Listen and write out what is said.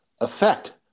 effect